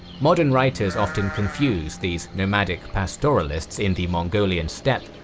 modern writers often confuse these nomadic pastoralists in the mongolian steppe,